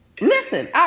listen